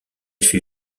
fut